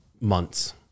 months